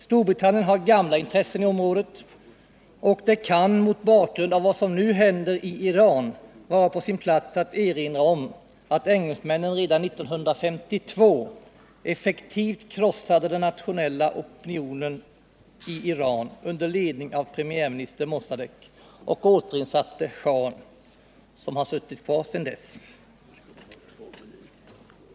Storbritannien har gamla intressen i området, och det kan mot bakgrund av vad som nu händer i Iran vara på sin plats att erinra om att engelsmännen redan 1952 effektivt krossade den nationella oppositionen i Iran under ledning av premiärminister Mossadeq och återinsatte schahen, som har suttit kvar sedan dess.